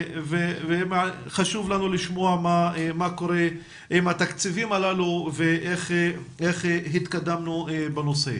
וחשוב לנו לשמוע מה קורה עם התקציבים האלה ואיך התקדמנו בנושא.